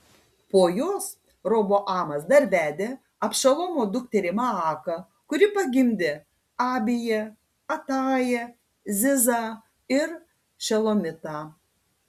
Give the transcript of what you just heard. po jos roboamas dar vedė abšalomo dukterį maaką kuri pagimdė abiją atają zizą ir šelomitą